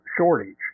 shortage